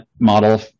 model